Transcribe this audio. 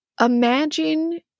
imagine